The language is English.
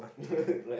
right